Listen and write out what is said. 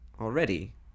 already